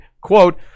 quote